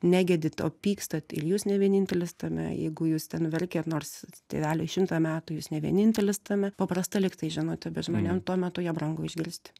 negedit o pykstat ir jūs ne vienintelis tame jeigu jūs ten verkiat nors tėveliai šimtą metų jūs ne vienintelis tame paprasta lyg tai žinutė bet žmonėm tuo metu ją brangu išgirsti